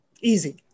Easy